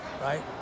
right